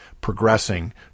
progressing